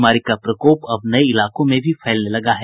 बीमारी का प्रकोप अब नये इलाकों में भी फैलने लगा है